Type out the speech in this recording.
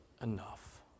enough